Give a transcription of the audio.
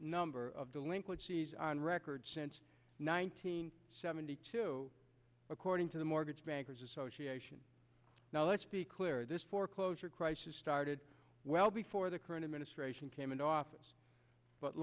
number of delinquencies on record since nineteen seventy two according to the mortgage bankers association now let's be clear this foreclosure crisis started well before the current administration came into office but